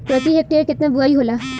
प्रति हेक्टेयर केतना बुआई होला?